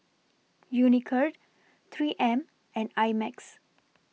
Unicurd three M and I Max